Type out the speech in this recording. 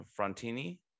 Frontini